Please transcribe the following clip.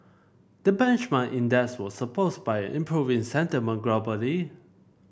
the benchmark index was supports by improving sentiment globally